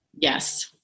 Yes